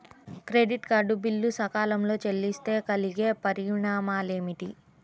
Credit card bill సకాలంలో చెల్లిస్తే కలిగే పరిణామాలేమిటి?